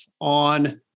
on